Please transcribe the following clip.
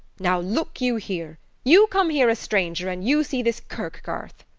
now look you here you come here a stranger, an' you see this kirk-garth.